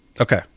Okay